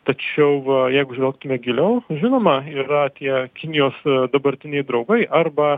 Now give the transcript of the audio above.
tačiau jeigu žvelgtume giliau žinoma yra tie kinijos dabartiniai draugai arba